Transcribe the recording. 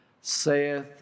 saith